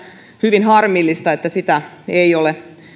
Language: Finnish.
hyvin harmillista että sitä ei ole